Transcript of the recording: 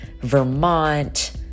Vermont